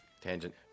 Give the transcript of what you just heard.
Tangent